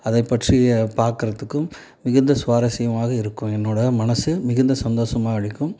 அதை பற்றிய பார்க்குறதுக்கும் மிகுந்த சுவாரஸ்யமாக இருக்கும் என்னோட மனது மிகுந்த சந்தோஷமா அளிக்கும்